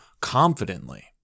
confidently